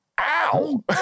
ow